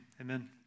Amen